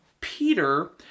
Peter